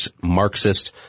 Marxist